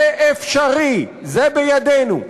זה אפשרי, זה בידינו.